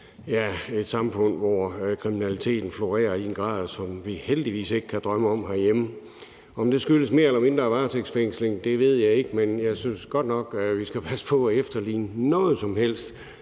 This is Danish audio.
til et samfund, hvor kriminaliteten florerer i en grad, som vi heldigvis ikke kan forestille os herhjemme. Om det skyldes mere eller mindre varetægtsfængsling, ved jeg ikke, men jeg synes godt nok, at vi skal passe på med at efterligne noget som helst